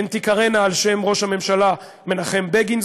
הן תיקראנה על-שם ראש הממשלה מנחם בגין,